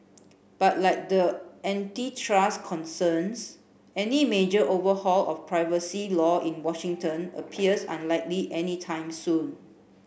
but like the antitrust concerns any major overhaul of privacy law in Washington appears unlikely anytime soon